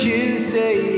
Tuesday